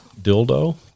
Dildo